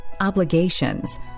obligations